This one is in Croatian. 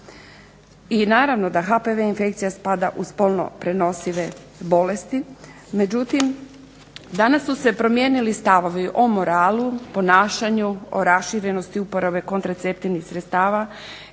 I naravno da HPV infekcija spada u spolno prenosive bolesti, međutim danas su se promijenili stavovi o moralu, ponašanju, o raširenosti uporabe kontracepcijskih sredstava,